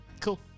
Cool